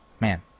Man